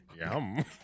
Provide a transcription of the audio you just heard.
Yum